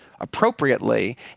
appropriately